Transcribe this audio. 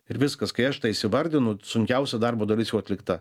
ir viskas kai aš tą įsivardinu sunkiausia darbo dalis jau atlikta